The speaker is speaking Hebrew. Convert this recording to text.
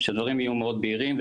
אז שדברים יהיו מאוד בהירים,